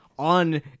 on